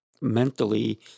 mentally